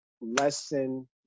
lesson